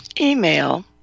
email